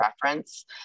preference